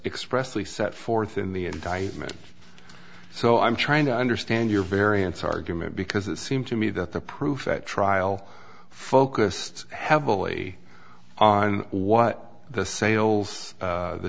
expressly set forth in the indictment so i'm trying to understand your variance argument because it seemed to me that the proof at trial focused heavily on what the sales